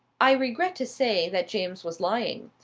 i regret to say that james was lying.